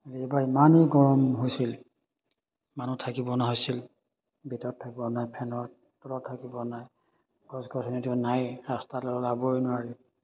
এইবাৰ ইমানেই গৰম হৈছিল মানুহ থাকিব নোৱাৰা হৈছিল ভিতৰত থাকিব নাই ফেনৰ তলত থাকিব নাই গছ গছনিটো নাই ৰাস্তাত ওলাবই নোৱাৰি